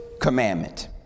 commandment